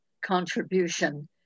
contribution